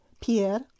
Pierre